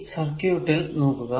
ഈ സർക്യൂട്ടിൽ നോക്കുക